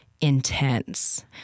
intense